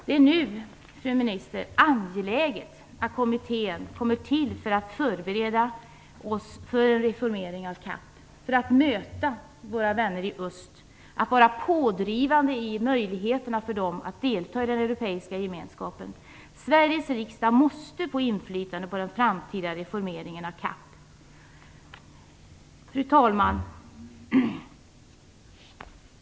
Det är nu, fru minister, angeläget att kommittén kommer till för att förbereda oss för en reformering av CAP, för att möta våra vänner i öst och för att vi skall kunna vara pådrivande vad gäller deras möjligheter att delta i den europeiska gemenskapen. Sveriges riksdag måste få inflytande på den framtida reformeringen av CAP. Fru talman!